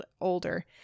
older